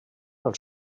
del